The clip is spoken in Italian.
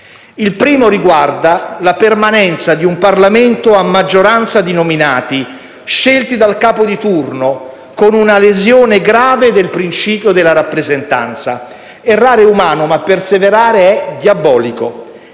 limite riguarda la permanenza di un Parlamento a maggioranza di nominati, scelti dal capo di turno, con una grave lesione del principio di rappresentanza. Errare è umano, ma perseverare è diabolico.